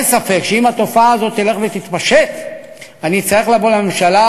אין ספק שאם התופעה הזאת תלך ותתפשט אני אצטרך לבוא לממשלה